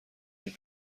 این